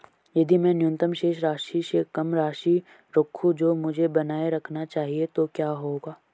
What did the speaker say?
यदि मैं न्यूनतम शेष राशि से कम राशि रखूं जो मुझे बनाए रखना चाहिए तो क्या होगा?